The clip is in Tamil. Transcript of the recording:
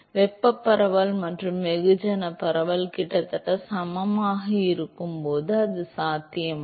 வெப்ப பரவல் மற்றும் வெகுஜன பரவல் கிட்டத்தட்ட சமமாக இருக்கும் போது அது சாத்தியமாகும்